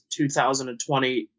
2020